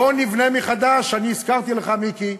בואו נבנה מחדש, אני הזכרתי לך, מיקי,